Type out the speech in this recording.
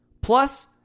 Plus